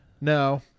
No